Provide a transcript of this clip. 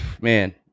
man